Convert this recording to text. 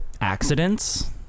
accidents